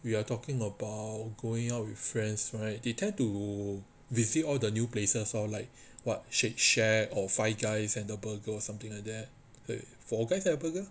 we are talking about going out with friends right they tend to visit all the new places lor like what shake shack or five guys and the burger or something like that four guys at burger